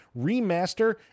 Remaster